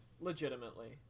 legitimately